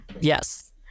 Yes